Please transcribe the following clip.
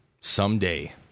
someday